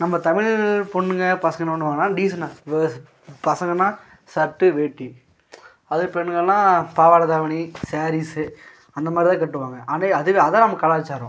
நம்ம தமிழ் பொண்ணுங்க பசங்க என்ன பண்ணுவாங்க டீசண்டாக வேஸ் பசங்கனால் சர்ட்டு வேட்டி அதே பெண்கள்னால் பாவாடை தாவணி சேரீஸ்ஸு அந்தமாதிரிதான் கட்டுவாங்க ஆனால் அது அதுதான் நம்ம கலாச்சாரம்